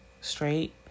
straight